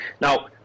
now